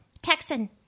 Texan